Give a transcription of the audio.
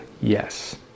Yes